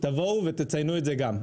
תבואו ותציינו את זה גם.